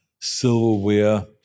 silverware